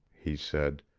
he said.